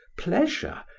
pleasure,